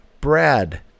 Brad